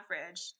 average